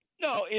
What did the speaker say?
No